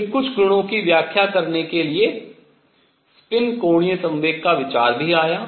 फिर कुछ गुणों की व्याख्या करने के लिए स्पिन कोणीय संवेग का विचार भी आया